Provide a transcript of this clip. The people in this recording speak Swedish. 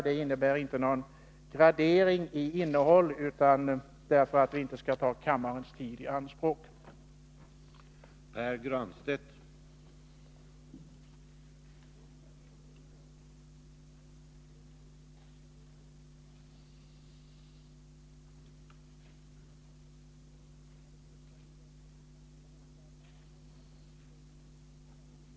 Det innebär inte någon gradering av innehållet, utan skälet är att jag inte vill ta kammarens tid i anspråk mer än nödvändigt.